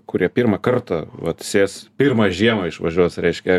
kurie pirmą kartą vat sės pirmą žiemą išvažiuos reiškia